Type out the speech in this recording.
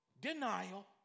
denial